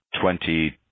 twenty